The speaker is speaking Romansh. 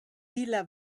tilla